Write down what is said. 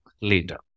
later